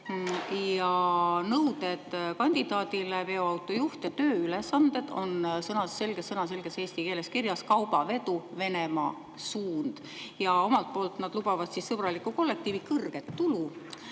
ja nõuded kandidaadile. Veoautojuhi tööülesanded on sõnaselges eesti keeles kirjas: kaubavedu, Venemaa suund. Omalt poolt lubavad nad sõbralikku kollektiivi, kõrget tulu,